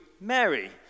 Mary